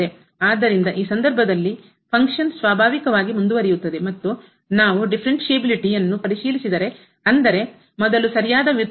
ಆದ್ದರಿಂದ ಈ ಸಂದರ್ಭದಲ್ಲಿ ಫಂಕ್ಷನ್ ಕಾರ್ಯವು ಸ್ವಾಭಾವಿಕವಾಗಿ ಮುಂದುವರಿಯುತ್ತದೆ ಮತ್ತು ನಾವು ಡಿಫರೆನ್ಸ್ಎಬಿಲಿಟಿ ಯನ್ನು ಪರಿಶೀಲಿಸಿದರೆ ಅಂದರೆ ಮೊದಲು ಸರಿಯಾದ ಉತ್ಪನ್ನ